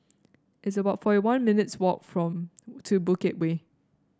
it's about forty one minutes' walk from to Bukit Way